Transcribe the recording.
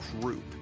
group